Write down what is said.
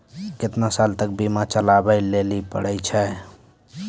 केतना साल तक बीमा चलाबै लेली पड़ै छै?